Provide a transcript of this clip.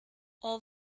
all